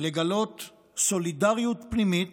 לגלות סולידריות פנימית,